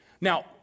Now